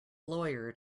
lawyer